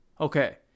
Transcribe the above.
okay